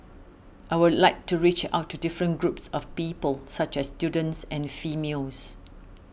I would like to reach out to different groups of people such as students and females